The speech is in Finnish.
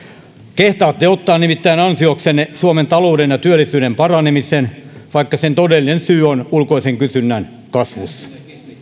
kehtaatte ottaa nimittäin ansioksenne suomen talouden ja työllisyyden paranemisen vaikka sen todellinen syy on ulkoisen kysynnän kasvussa